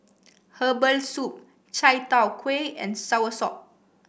Herbal Soup Chai Tow Kway and Soursop